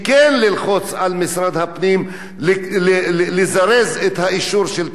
משרד הפנים לזרז את האישור של תוכניות המיתאר,